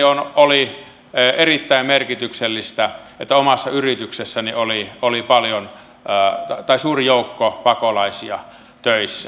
itselleni oli erittäin merkityksellistä että omassa yrityksessäni oli suuri joukko pakolaisia töissä